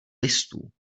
listů